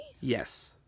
Yes